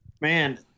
Man